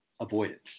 avoidance